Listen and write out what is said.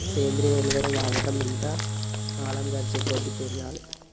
సేంద్రియ ఎరువుల వాడకం ఇంకా కాలం గడిచేకొద్దీ పెరగాలే